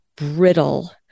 brittle